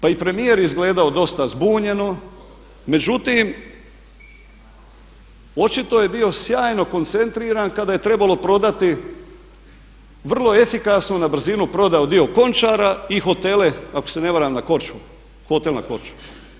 Pa i premijer je izgledao dosta zbunjeno, međutim očito je bio sjajno koncentriran kada je trebalo prodati vrlo efikasno na brzinu prodao dio Končara i hotele ako se ne varam na Korčuli, hotel na Korčuli.